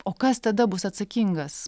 o kas tada bus atsakingas